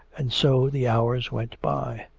and so the hours went by.